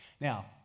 Now